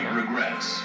regrets